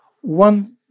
one